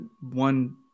one